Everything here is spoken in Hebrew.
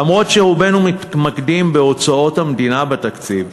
אף שרובנו מתמקדים בהוצאות המדינה בתקציב,